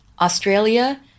Australia